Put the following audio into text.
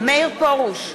מאיר פרוש,